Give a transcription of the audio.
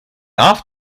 off